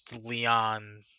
leon